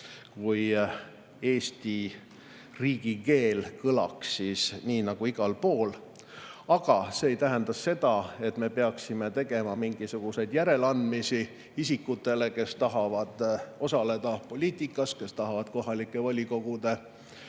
et Eesti riigikeel kõlaks igal pool. Aga see ei tähenda seda, et me peaksime tegema mingisuguseid järeleandmisi isikutele, kes tahavad osaleda poliitikas, kes tahavad kohaliku volikogu